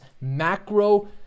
macro